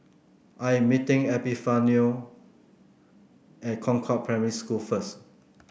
I am meeting Epifanio at Concord Primary School first